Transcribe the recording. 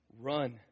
run